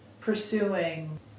pursuing